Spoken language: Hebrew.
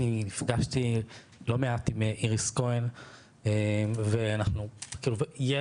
אני נפגשתי לא מעט עם איריס כהן ואנחנו, כאילו יש